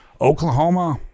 Oklahoma